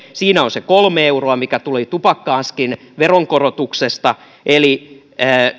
siinä on se kolme euroa mikä tuli tupakka askin veronkorotuksesta eli